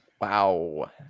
Wow